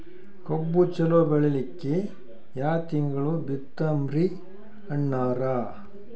ಕಬ್ಬು ಚಲೋ ಬೆಳಿಲಿಕ್ಕಿ ಯಾ ತಿಂಗಳ ಬಿತ್ತಮ್ರೀ ಅಣ್ಣಾರ?